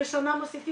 שאנחנו שמים את